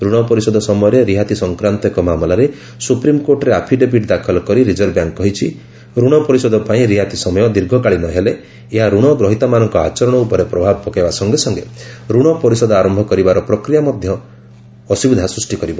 ରଣ ପରିଶୋଧ ସମୟରେ ରିହାତି ସଂକ୍ରାନ୍ତ ଏକ ମାମଲାରେ ସୁପ୍ରିମକୋର୍ଟରେ ଆଫିଡେଭିଟ୍ ଦାଖଲ କରି ରିଜର୍ଭ ବ୍ୟାଙ୍କ କହିଛି ଋଣ ପରିଶୋଧ ପାଇଁ ରିହାତି ସମୟ ଦୀର୍ଘକାଳୀନ ହେଲେ ଏହା ଋଣ ଗ୍ରହୀତାମାନଙ୍କ ଆଚରଣ ଉପରେ ପ୍ରଭାବ ପକାଇବା ସଙ୍ଗେ ସଙ୍ଗେ ଋଣ ପରିଶୋଧ ଆରମ୍ଭ କରିବାର ପ୍ରକ୍ରିୟା ପ୍ରତି ମଧ୍ୟ ଅସୁବିଧା ସୃଷ୍ଟି କରିବ